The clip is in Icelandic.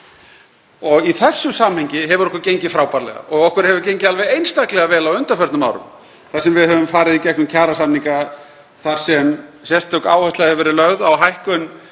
Í þessu samhengi hefur okkur gengið frábærlega og okkur hefur gengið alveg einstaklega vel á undanförnum árum þar sem við höfum farið í gegnum kjarasamninga þar sem sérstök áhersla hefur verið lögð á hækkun